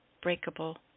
breakable